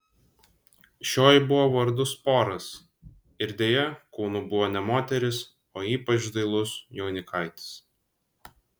šioji buvo vardu sporas ir deja kūnu buvo ne moteris o ypač dailus jaunikaitis